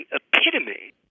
epitome